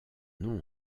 nom